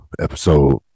episode